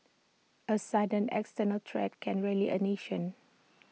A sudden external threat can rally A nation